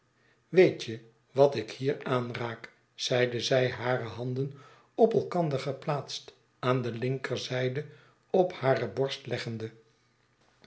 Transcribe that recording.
weet je wat ik hier aanraak zeide zij hare handen op elkander geplaatst aan de linkerzijde op hare borst leggende